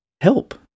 Help